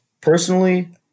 personally